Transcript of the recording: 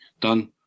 done